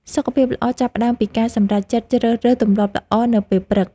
សុខភាពល្អចាប់ផ្តើមពីការសម្រេចចិត្តជ្រើសរើសទម្លាប់ល្អនៅពេលព្រឹក។